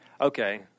Okay